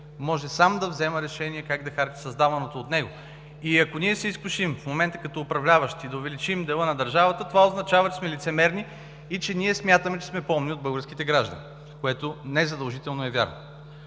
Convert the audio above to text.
може сам да взема решения как да харчи създаваното от него. И ако ние се изкушим, в момента като управляващи, да увеличим дела на държавата, това означава, че сме лицемерни и че ние смятаме, че сме по-умни от българските граждани, което не задължително е вярно.